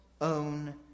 own